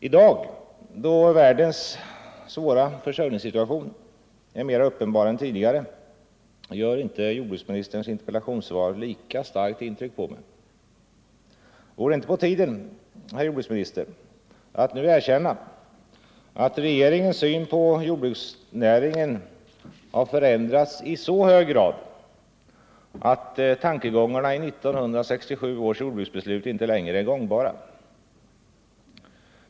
I dag — då världens svåra försörjningssituation är mera uppenbar än tidigare — gör inte jordbruksministerns interpellationssvar lika starkt intryck på mig. Vore det inte på tiden, herr jordbruksminister, att nu erkänna, att regeringens syn på jordbruksnäringen har förändrats i så hög grad, att tankegångarna i 1967 års jordbruksbeslut inte längre är gångbara?